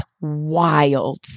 wild